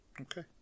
okay